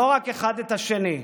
לא רק אחד את השני.